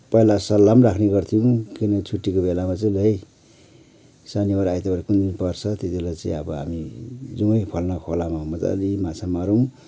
पहिला सल्लाह पनि राख्ने गर्थ्यौँ कुनै छुट्टीको बेलामा चाहिँ लु है शनिबार आईतबार कुन दिन पर्छ त्यतिबेला चाहिँ अब हामी जाउँ है फल्ना खोलामा मज्जाले माछा मारौँ